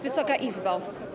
Wysoka Izbo!